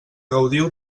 gaudiu